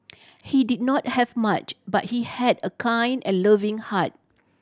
he did not have much but he had a kind and loving heart